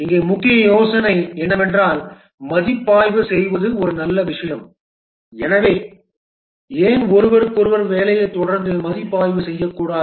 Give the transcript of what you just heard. இங்கே முக்கிய யோசனை என்னவென்றால் மதிப்பாய்வு செய்வது ஒரு நல்ல விஷயம் எனவே ஏன் ஒருவருக்கொருவர் வேலையை தொடர்ந்து மதிப்பாய்வு செய்யக்கூடாது